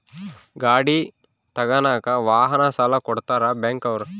ಗಾಡಿ ತಗನಾಕ ವಾಹನ ಸಾಲ ಕೊಡ್ತಾರ ಬ್ಯಾಂಕ್ ಅವ್ರು